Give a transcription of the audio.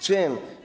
Czym?